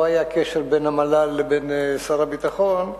היה קשר בין המל"ל לבין שר הביטחון,